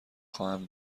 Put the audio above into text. خواهم